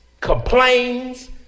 complains